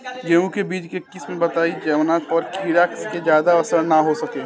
गेहूं के बीज के किस्म बताई जवना पर कीड़ा के ज्यादा असर न हो सके?